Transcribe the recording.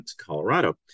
Colorado